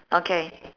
okay